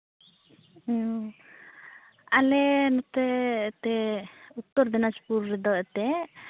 ᱦᱮᱸ ᱟᱞᱮ ᱱᱚᱛᱮ ᱛᱮ ᱩᱛᱛᱚᱨ ᱫᱤᱱᱟᱡᱽᱯᱩᱨ ᱨᱮᱫᱚ ᱮᱱᱛᱮᱜ